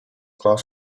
class